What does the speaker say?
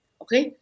okay